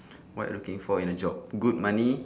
what looking for in a job good money